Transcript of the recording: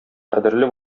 кадерле